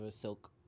Silk